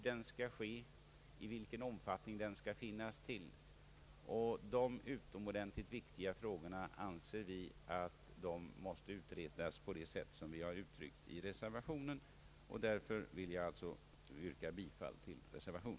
Dessa utomordentligt viktiga frågor anser vi måste utredas på det sätt som vi uttryckt i reservationen, som jag alltså vill yrka bifall till.